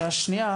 בשעה השנייה